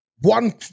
One